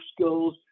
skills